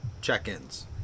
check-ins